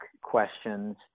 questions